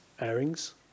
airings